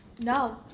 No